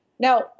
Now